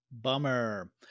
Bummer